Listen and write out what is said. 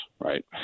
right